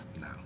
No